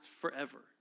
forever